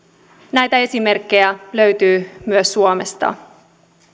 näitä esimerkkejä löytyy myös suomesta